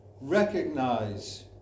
recognize